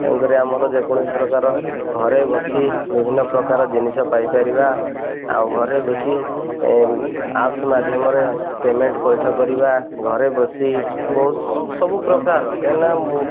ତାଙ୍କରି ଆମର ଯେକୌଣସି ପ୍ରକାର ଘରେ ବସି ବିଭିନ୍ନ ପ୍ରକାର ଜିନିଷ ପାଇପାରିବା ଆଉ ଘରେ ବସି ଆପ୍ସ୍ ମାଧ୍ୟମରେ ପେମେଣ୍ଟ୍ ପୈଠ କରିବା ଘରେ ବସି ବହୁତ ସବୁ ପ୍ରକାର କାହିଁକି ନା